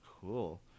Cool